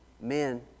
men